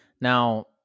Now